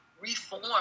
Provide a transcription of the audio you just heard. reform